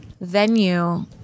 venue